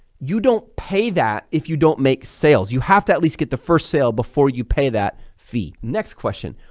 you don't pay that if you don't make sales. you have to at least get the first sale before you pay that fee. next question,